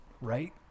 right